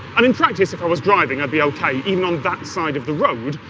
and in practise, if i was driving i'd be okay. even on that side of the road,